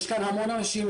יש כאן המון אנשים,